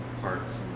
parts